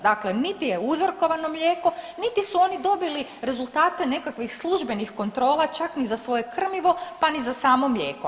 Dakle, niti je uzorkovano mlijeko, niti su oni dobili rezultate nekakvih službenih kontrola čak ni za svoje krmivo, pa ni za samo mlijeko.